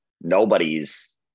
nobody's